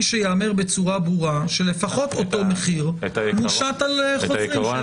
שייאמר בצורה ברורה שלפחות אותו מחיר יושת על חוזרים- -- את